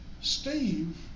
Steve